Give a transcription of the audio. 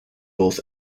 both